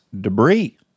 Debris